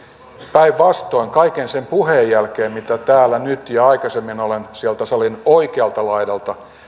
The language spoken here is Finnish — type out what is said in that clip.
päinvastoin kaiken sen puheen jälkeen mitä täällä nyt ja aikaisemmin olen sieltä salin oikealta laidalta